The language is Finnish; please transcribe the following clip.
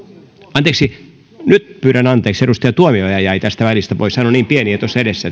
anteeksi nyt pyydän anteeksi edustaja tuomioja jäi tästä välistä pois hän on niin pieni ja tuossa edessä